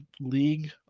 league